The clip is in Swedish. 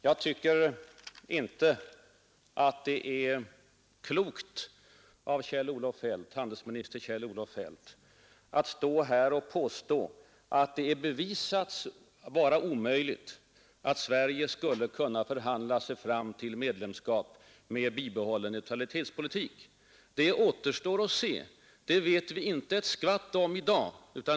Jag tycker inte att det är klokt av handelsminister Feldt att stå här och påstå att det har bevisats vara omöjligt att Sverige skulle kunna förhandla sig fram till medlemskap med bibehållen neutralitetspolitik. Det återstår att se. Det vet vi ingenting om i dag.